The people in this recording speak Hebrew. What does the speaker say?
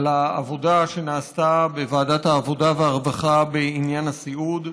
על העבודה שנעשתה בוועדת העבודה והרווחה בעניין הסיעוד,